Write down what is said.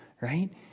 right